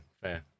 fair